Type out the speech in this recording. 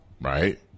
right